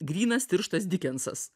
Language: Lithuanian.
grynas tirštas dikensas